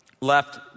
left